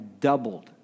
doubled